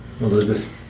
Elizabeth